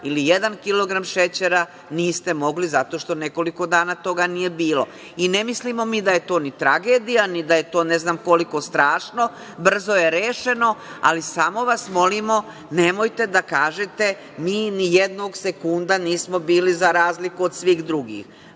kilogram šećera niste mogli, zato što nekoliko dana toga nije bilo. Ne mislimo mi da je to ni tragedija, ni da je to ne znam koliko strašno, brzo je rešeno, ali samo vas molimo, nemojte da kažete – mi ni jednog sekunda nismo bili, za razliku od svih drugih.